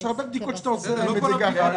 יש הרבה בדיקות שאתה עושה להן את זה כך.